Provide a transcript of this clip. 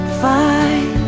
find